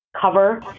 cover